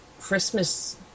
Christmas